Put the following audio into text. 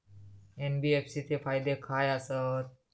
NBFC चे फायदे खाय आसत?